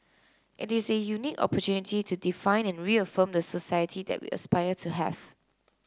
it is a unique opportunity to define and reaffirm the society that we aspire to have